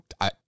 I-